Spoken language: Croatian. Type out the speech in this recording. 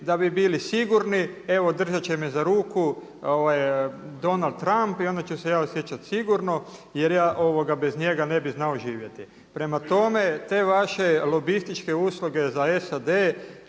da bi bili sigurni evo držat će me za ruku Donald Trump i onda ću se ja osjećati sigurno jer ja bez njega ne bi znao živjeti. Prema tome, te vaše lobističke usluge za SAD